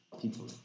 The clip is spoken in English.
people